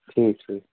ٹھیٖک ٹھیٖک